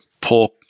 pork